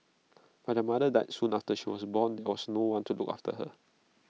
but their mother died soon after she was born there was no one to look after her